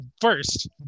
First